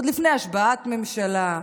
עוד לפני השבעת ממשלה,